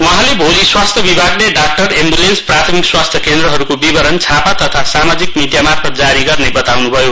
उहाँले भोलि स्वास्थ्य विभागले डक्टर एम्बुलेन्स प्राथमिक स्वास्थ्य केन्द्रहरूको विवरण छापा तथा सामाजिक मीडियामार्फत जारी गर्ने बताउन् भयो